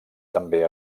també